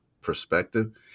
Perspective